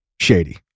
shady